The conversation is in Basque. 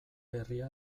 herria